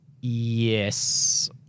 Yes